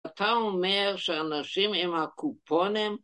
אתה אומר שאנשים עם הקופונים